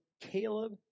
Caleb